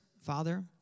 Father